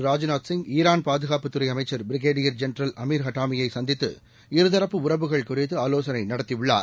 Rajnath Singh Iran பாதுகாப்பு துறை அமைச்சர் பிரிகேடியர் ஜெனரல் அமிர் ஹட்டாமியை சந்தித்து இருதரப்பு உறவுகள் குறித்து ஆலோசனை நடத்தியுள்ளார்